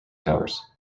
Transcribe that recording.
towers